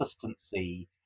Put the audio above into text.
consistency